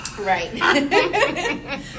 right